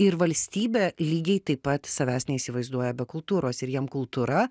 ir valstybė lygiai taip pat savęs neįsivaizduoja be kultūros ir jiem kultūra